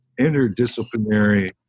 interdisciplinary